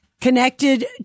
connected